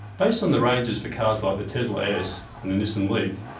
based on the ranges for cars like the tesla s and the nissan leaf,